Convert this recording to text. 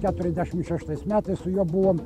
keturiasdešim šeštais metais su juo buvom